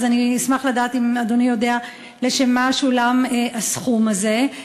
אז אני אשמח לדעת אם אדוני יודע לשם מה שולם הסכום הזה.